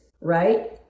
right